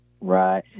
right